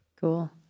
Cool